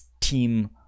team